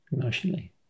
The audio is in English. emotionally